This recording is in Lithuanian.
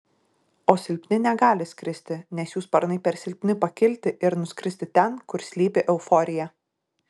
o silpni negali skristi nes jų sparnai per silpni pakilti ir nuskristi ten kur slypi euforija